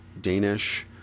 Danish